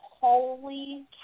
holy